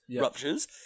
ruptures